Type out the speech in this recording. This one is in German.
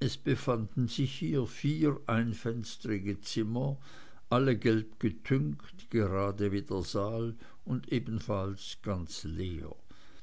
es befanden sich hier vier einfenstrige zimmer alle gelb getüncht gerade wie der saal und ebenfalls ganz leer